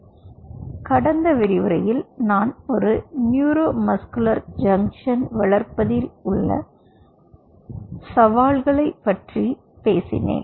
எனவே கடந்த விரிவுரையில் நான் ஒரு நியூரோ மஸ்குலர் ஜங்ஷன் வளர்ப்பதில் உள்ள சவால்களைப் பற்றி பேசினேன்